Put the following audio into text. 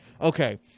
okay